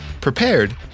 prepared